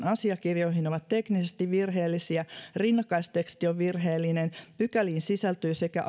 asiakirjoihin ovat teknisesti virheellisiä rinnakkaisteksti on virheellinen pykäliin sisältyy sekä